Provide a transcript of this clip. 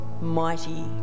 mighty